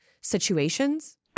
situations